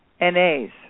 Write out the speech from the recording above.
NAs